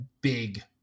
big